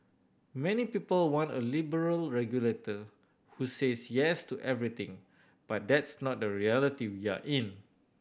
many people want a liberal regulator who says Yes to everything but that's not the reality we are in